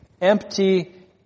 Empty